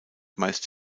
meist